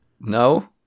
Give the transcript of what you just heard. No